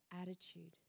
attitude